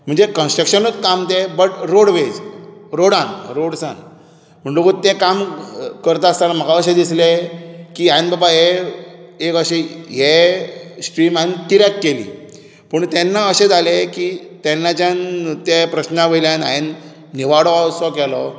म्हणजे कन्स्ट्रक्शनूत काम तें बट रोडवेज रोडान रोड्जान म्हुण्टकूच तें काम करता आसताना म्हाका अशें दिसलें की हांवें बाबा हें एक अशी हे श्ट्रीम हांवें कित्याक केली पूण तेन्ना अशें जालें की तेन्नाच्यान ते प्रश्ना वयल्यान हांवें निवाडो असो केलो